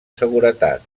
seguretat